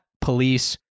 police